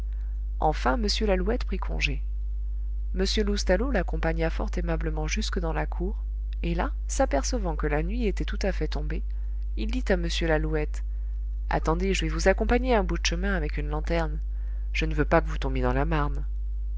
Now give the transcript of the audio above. enfin m lalouette prit congé m loustalot l'accompagna fort aimablement jusque dans la cour et là s'apercevant que la nuit était tout à fait tombée il dit à m lalouette attendez je vais vous accompagner un bout de chemin avec une lanterne je ne veux pas que vous tombiez dans la marne